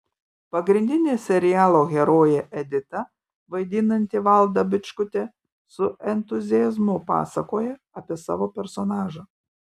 pagrindinę serialo heroję editą vaidinanti valda bičkutė su entuziazmu pasakoja apie savo personažą